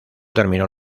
terminó